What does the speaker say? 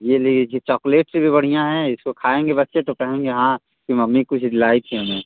ये ले लीजिए चॉकलेट से भी बढ़िया है इसको खाएंगे बच्चे तो कहेंगे हाँ कि मम्मी कुछ लाई थी हमें